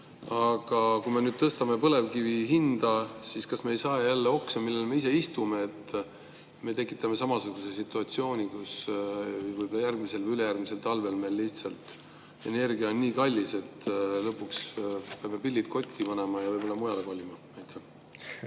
Aga kui me nüüd tõstame põlevkivi hinda, siis kas me ei sae jälle oksa, millel me ise istume? Me tekitame samasuguse situatsiooni, kus võib-olla järgmisel või ülejärgmisel talvel meil on energia lihtsalt nii kallis, et lõpuks peame pillid kotti panema ja võib-olla mujale kolima.